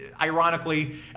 ironically